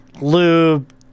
lube